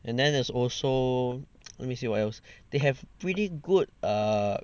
and then there's also let me see what else they have pretty good err